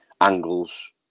angles